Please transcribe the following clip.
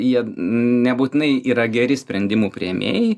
jie nebūtinai yra geri sprendimų priėmėjai